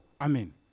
Amen